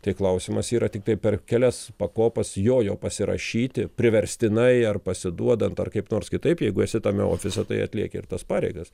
tai klausimas yra tiktai per kelias pakopas jojo pasirašyti priverstinai ar pasiduodant ar kaip nors kitaip jeigu esi tame ofise tai atlieki ir tas pareigas